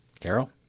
Carol